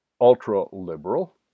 ultra-liberal